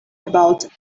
about